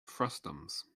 frustums